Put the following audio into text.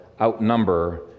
outnumber